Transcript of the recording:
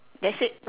that's it